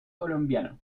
colombiano